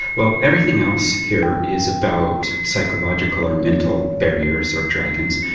well everything else here is about psychological or mental barriers or dragons.